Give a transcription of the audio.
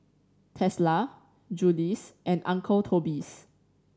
Tesla Julie's and Uncle Toby's